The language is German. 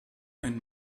einen